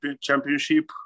Championship